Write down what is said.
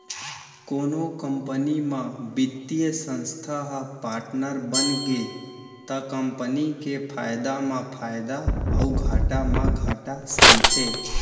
कोनो कंपनी म बित्तीय संस्था ह पाटनर बनगे त कंपनी के फायदा म फायदा अउ घाटा म घाटा सहिथे